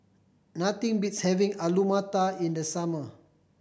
nothing beats having Alu Matar in the summer